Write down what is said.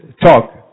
talk